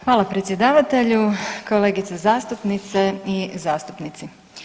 Hvala predsjedavatelju, kolegice zastupnice i zastupnici.